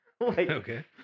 Okay